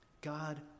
God